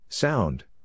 Sound